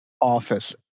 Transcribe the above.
office